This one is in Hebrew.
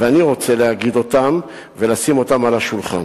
ואני רוצה להגיד אותם ולשים אותם על השולחן.